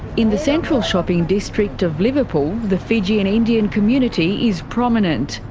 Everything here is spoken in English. in the central shopping district of liverpool, the fijian indian community is prominent,